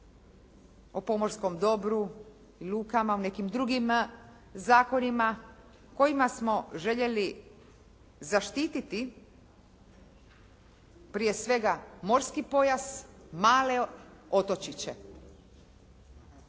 o pomorskom dobru i lukama, o nekim drugim zakonima kojima smo željeli zaštititi prije svega morski pojas, male otočiće.